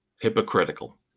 hypocritical